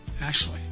Ashley